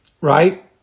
right